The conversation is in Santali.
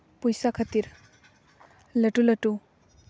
ᱯᱚᱭᱥᱟ ᱠᱷᱟᱹᱛᱤᱨ ᱞᱟᱹᱴᱩ ᱞᱟᱹᱴᱩ